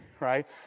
Right